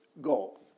goal